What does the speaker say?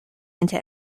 into